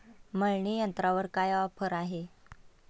मळणी यंत्रावर काय ऑफर आहे?